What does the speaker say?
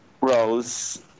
rows